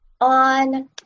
On